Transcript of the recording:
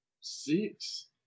six